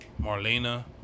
Marlena